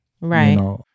Right